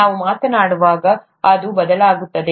ನಾವು ಮಾತನಾಡುವಾಗ ಅದು ಬದಲಾಗುತ್ತಿದೆ